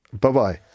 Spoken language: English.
Bye-bye